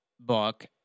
book